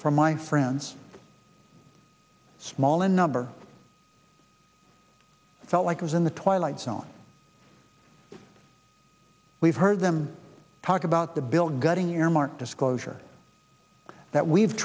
from my friends small in number i felt like i was in the twilight zone we've heard them talk about the bill gutting earmark disclosure that we've